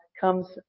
comes